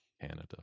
Canada